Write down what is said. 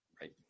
right